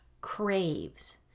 craves